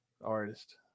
artist